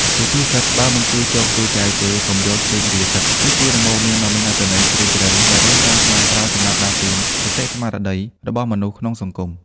សុភាសិត «បើមិនជួយចូកជួយចែវទេ កុំយកជើងរាទឹក» គឺជាដំបូន្មានដ៏មានអត្ថន័យជ្រាលជ្រៅដែលដូនតាខ្មែរប្រើសម្រាប់ដាស់តឿនសតិស្មារតីរបស់មនុស្សក្នុងសង្គម។